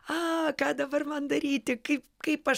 a ką dabar man daryti kaip kaip aš